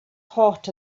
hot